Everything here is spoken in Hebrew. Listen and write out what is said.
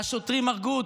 השוטרים הרגו אותו.